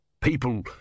people